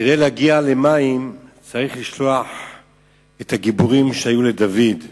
כדי להגיע למים צריך לשלוח את הגיבורים שהיו לדוד.